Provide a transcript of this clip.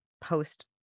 post